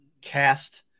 cast